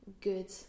good